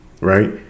right